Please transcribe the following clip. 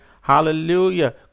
Hallelujah